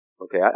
Okay